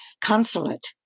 consulate